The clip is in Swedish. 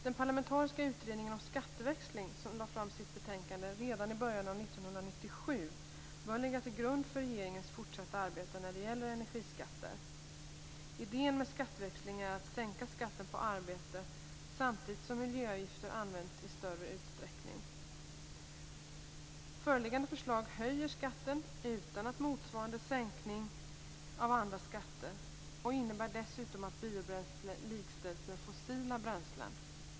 Den parlamentariska utredning om skatteväxling som lade fram sitt betänkande redan i början av 1997 bör ligga till grund för regeringens fortsatta arbete när det gäller energiskatter. Idén med skatteväxling är att sänka skatten på arbete samtidigt som miljöavgifter används i större utsträckning. Föreliggande förslag höjer skatten utan motsvarande sänkning av andra skatter och innebär dessutom att biobränsle likställs med fossila bränslen.